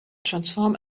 transforms